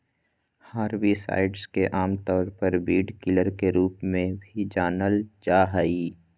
herbicides के आमतौर पर वीडकिलर के रूप में भी जानल जा हइ